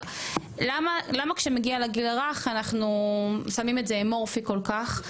למה כשמגיע לגיל הרך אנחנו שמים את זה אמורפי כל כך?